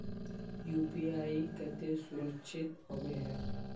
UPI केते सुरक्षित होबे है?